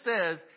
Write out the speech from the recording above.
says